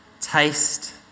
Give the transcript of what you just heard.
taste